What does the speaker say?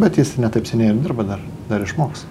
bet jis ne taip seniai ir dirba dar dar išmoks